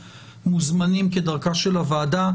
הם מוזמנים כדרכה של הוועדה.